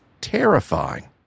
terrifying